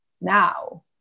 now